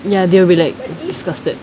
ya they'll be like disgusted